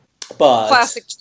classic